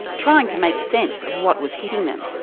trying to make sense of what was hitting them.